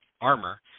armor